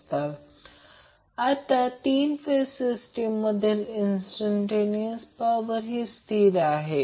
तर AC सर्किटसाठी देखील अगदी सोपे आहे आपण मॅक्झिमम पॉवर ट्रान्सफर थेरम पाहू